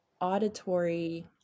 auditory